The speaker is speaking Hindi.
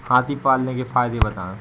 हाथी पालने के फायदे बताए?